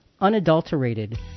unadulterated